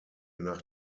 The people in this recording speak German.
nach